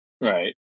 Right